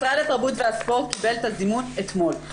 משרד התרבות והספורט קיבל את הזימון אתמול,